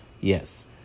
yes